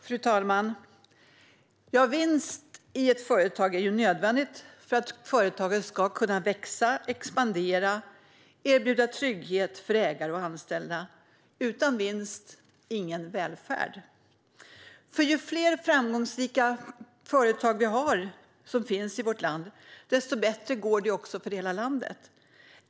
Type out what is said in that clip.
Fru talman! Ja, vinst i ett företag är nödvändigt för att företaget ska kunna växa, expandera och erbjuda trygghet för ägare och anställda - utan vinst, ingen välfärd. Ju fler framgångsrika företag vi har i vårt land, desto bättre går det för hela landet.